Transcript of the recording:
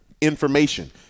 Information